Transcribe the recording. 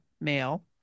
male